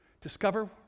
discover